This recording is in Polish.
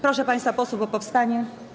Proszę państwa posłów o powstanie.